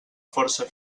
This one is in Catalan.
força